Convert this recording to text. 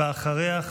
ואחריה,